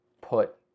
put